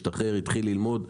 השתחרר והתחיל ללמוד,